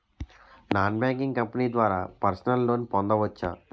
Non banking company ద్వారా personal loan పొందవచ్చా?